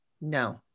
No